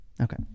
Okay